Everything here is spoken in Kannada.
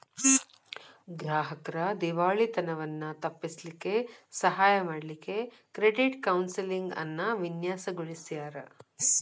ಗ್ರಾಹಕ್ರ್ ದಿವಾಳಿತನವನ್ನ ತಪ್ಪಿಸ್ಲಿಕ್ಕೆ ಸಹಾಯ ಮಾಡ್ಲಿಕ್ಕೆ ಕ್ರೆಡಿಟ್ ಕೌನ್ಸೆಲಿಂಗ್ ಅನ್ನ ವಿನ್ಯಾಸಗೊಳಿಸ್ಯಾರ್